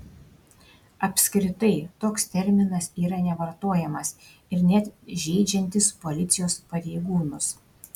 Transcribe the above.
apskritai toks terminas yra nevartojamas ir net žeidžiantis policijos pareigūnus